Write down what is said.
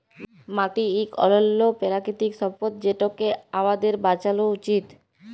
মাটি ইক অলল্য পেরাকিতিক সম্পদ যেটকে আমাদের বাঁচালো উচিত